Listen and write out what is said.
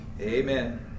Amen